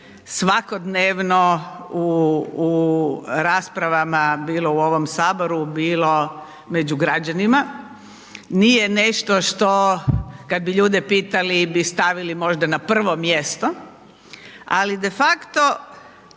svakodnevno u, u raspravama bilo u ovom saboru, bilo među građanima, nije nešto što kad bi ljude pitali bi stavili možda na prvo mjesto, ali de facto